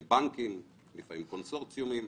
עם בנקים, לפעמים קונסורציומים.